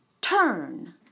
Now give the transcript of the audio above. turn